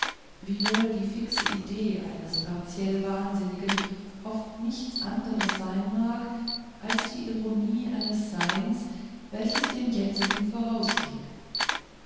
wiewohl die fixe idee eines partiell wahnsinnigen oft nichts anders sein mag als die ironie eines seins welches dem jetzigen